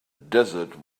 desert